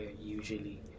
usually